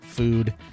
food